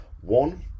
One